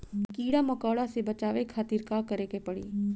कीड़ा मकोड़ा से बचावे खातिर का करे के पड़ी?